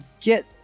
get